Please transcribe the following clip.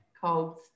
called